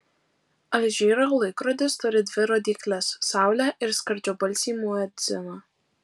alžyro laikrodis turi dvi rodykles saulę ir skardžiabalsį muedziną